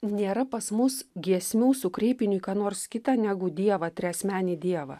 nėra pas mus giesmių su kreipiniu į ką nors kitą negu dievą triasmenį dievą